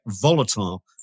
volatile